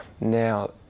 Now